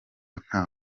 nta